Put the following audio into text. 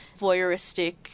voyeuristic